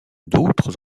d’autres